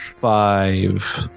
five